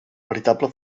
veritable